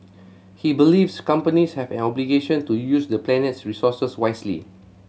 he believes companies have an obligation to use the planet's resources wisely